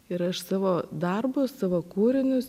ir aš savo darbus savo kūrinius